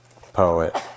poet